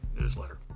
newsletter